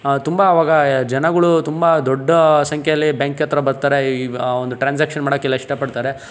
ತುಂಬ ಆವಾಗ ಜನಗಳು ತುಂಬ ದೊಡ್ಡ ಸಂಖ್ಯೆಯಲ್ಲಿ ಬ್ಯಾಂಕ್ ಹತ್ರ ಬರ್ತಾರೆ ಈ ಆ ಒಂದು ಟ್ರಾನ್ಸಾಕ್ಷನ್ ಮಾಡಕ್ಕೆಲ್ಲ ಇಷ್ಟಪಡ್ತಾರೆ